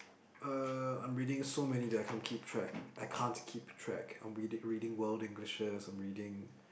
uh I'm reading so many that I can't keep track I can't keep track I'm reading reading world Englishes I'm reading